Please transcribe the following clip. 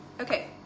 Okay